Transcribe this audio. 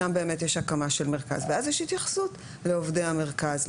שם באמת יש הקמה של מרכז ואז יש התייחסות לעובדי המרכז,